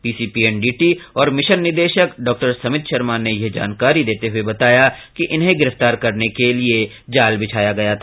PCPNDT एवं mission निदेशक डॉ समित शर्मा ने यह जानकारी देते हुए बताया कि इन्हें गिरफ्तार करने के लिये जाल बिछाया गया था